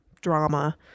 drama